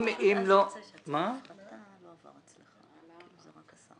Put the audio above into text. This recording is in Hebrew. אתה מצביע על הארכת הפעימה הראשונה